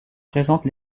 présente